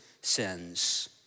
sins